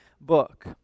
book